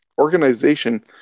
organization